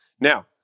Now